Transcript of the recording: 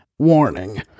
warning